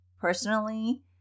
personally